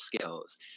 skills